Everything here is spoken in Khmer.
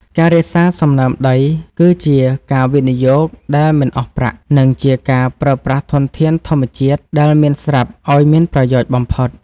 ការរក្សាសំណើមដីគឺជាការវិនិយោគដែលមិនអស់ប្រាក់ និងជាការប្រើប្រាស់ធនធានធម្មជាតិដែលមានស្រាប់ឱ្យមានប្រយោជន៍បំផុត។